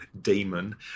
demon